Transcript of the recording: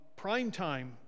Primetime